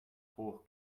hoch